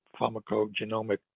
pharmacogenomic